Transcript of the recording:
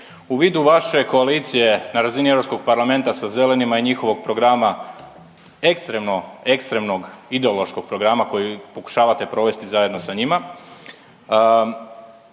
U vidu vaše koalicije na razini Europskog parlamenta sa Zelenima i njihovog programa, ekstremno ekstremnog ideološkog programa koji pokušavate provesti zajedno sa njima.